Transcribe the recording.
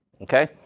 Okay